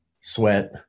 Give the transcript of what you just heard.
sweat